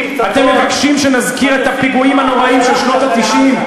אתם מבקשים שנזכיר את הפיגועים הנוראים של שנות ה-90?